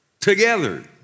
together